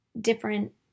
different